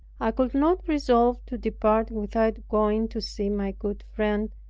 i could not resolve to depart without going to see my good friend,